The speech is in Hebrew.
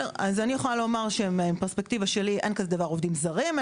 אז אני יכולה לומר מפרספקטיבה שלי אין דבר כזה עובדים זרים,